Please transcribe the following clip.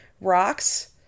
rocks